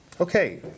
Okay